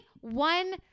one